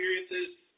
experiences